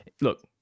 Look